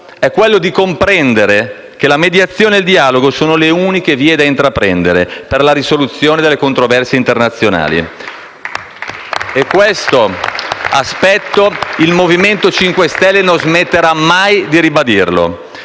è quello di comprendere che la mediazione e il dialogo sono le uniche vie da intraprendere per la risoluzione delle controversie internazionali. *(Applausi dal Gruppo M5S)*. Il Movimento 5 Stelle non smetterà mai di ribadire